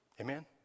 Amen